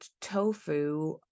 tofu